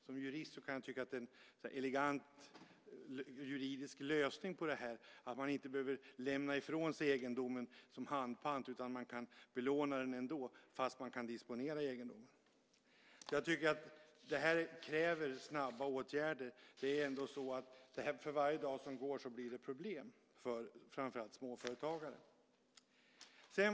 Som jurist kan jag tycka att det är en elegant juridisk lösning att man inte behöver lämna ifrån sig egendomen som handpant utan kan belåna den fast man kan disponera den. Det här kräver snabba åtgärder. Det är ändå så att för varje dag som går så blir det problem för framför allt småföretagarna.